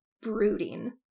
brooding